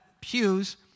pews